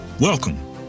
Welcome